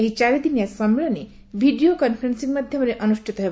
ଏହି ଚାରିଦିନିଆ ସମ୍ମିଳନୀ ଭିଡିଓ କନ୍ଫରେନ୍ସିଂ ମାଧ୍ୟମରେ ଅନୁଷ୍ଠିତ ହେବ